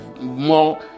more